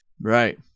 Right